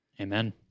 Amen